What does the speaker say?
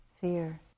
fear